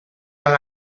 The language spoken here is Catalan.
amb